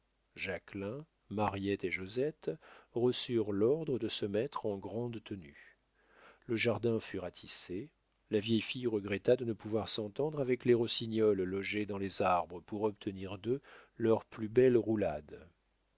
jacquelin mariette et josette reçurent l'ordre de se mettre en grande tenue le jardin fut ratissé la vieille fille regretta de ne pouvoir s'entendre avec les rossignols logés dans les arbres pour obtenir d'eux leurs plus belles roulades